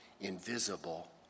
invisible